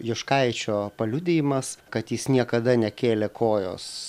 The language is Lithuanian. juškaičio paliudijimas kad jis niekada nekėlė kojos